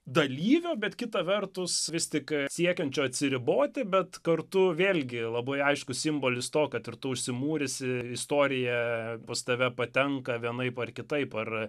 dalyvio bet kita vertus vis tik siekiančio atsiriboti bet kartu vėlgi labai aiškus simbolis to kad ir tu užsimūrisi istorija pas tave patenka vienaip ar kitaip ar